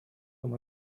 вам